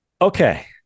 okay